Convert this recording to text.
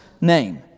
name